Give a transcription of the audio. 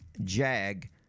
JAG